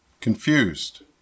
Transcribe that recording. confused